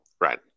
right